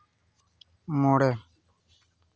ᱢᱚᱬᱮ